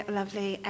lovely